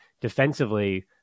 defensively